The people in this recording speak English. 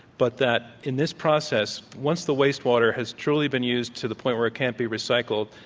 but that in this process once the waste water has truly been used to the point where it can't be recycled,